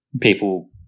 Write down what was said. people